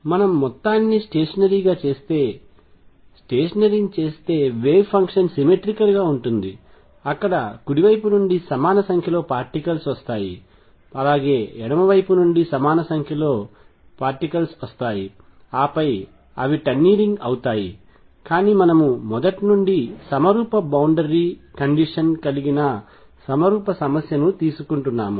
మేము మొత్తాన్ని స్టేషనరీ గా చేస్తే స్టేషనరీని చేస్తే వేవ్ ఫంక్షన్ సిమెట్రికల్ గా ఉంటుంది అక్కడ కుడివైపు నుండి సమాన సంఖ్యలో పార్టికల్స్ వస్తాయి అలాగే ఎడమవైపు నుండి సమాన సంఖ్యలో రేణువులూ వస్తాయి ఆపై అవి టన్నలింగ్ అవుతాయి కానీ మనము మొదటి నుండి సమరూప బౌండరీ కండిషన్ కలిగిన సమరూప సమస్యను తీసుకుంటున్నాము